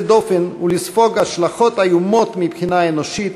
דופן ולספוג השלכות איומות מבחינה אנושית,